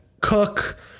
cook